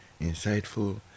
insightful